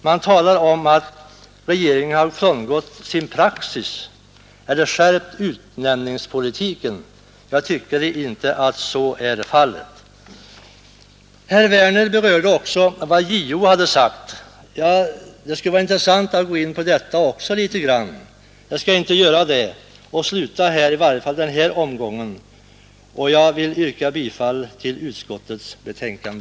Det talas om att regeringen frångått sin praxis eller skärpt utnämningspolitiken. Jag anser inte att så är fallet. Herr Werner i Malmö berörde också vad JO hade sagt. Det skulle vara intressant att gå in även på detta men jag skall inte göra det, i varje fall inte i den här omgången. Jag yrkar bifall till utskottets förslag.